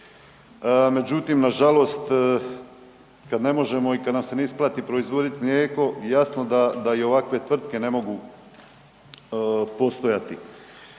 međutim nažalost kada ne možemo i kada nam se isplati proizvoditi mlijeko jasno da i ovakve tvrtke ne mogu postojati.